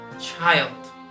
Child